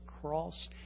cross